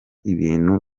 ibintu